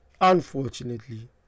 Unfortunately